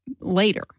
later